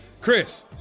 Chris